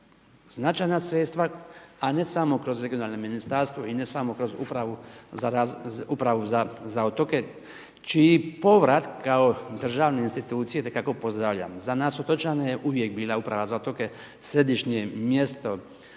značajna sredstva, a ne samo kroz regionalno ministarstvo i ne samo kroz Upravu za otoke čiji povrat kao državne institucije itekako pozdravljam. Za nas otočane je uvijek bila Uprava za otoke središnje mjesto